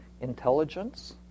intelligence